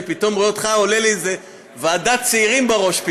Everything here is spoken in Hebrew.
אני פתאום רואה אותך ועולה לי ועדת צעירים בראש,